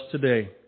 today